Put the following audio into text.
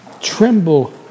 Tremble